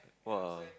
!wah!